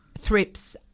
thrips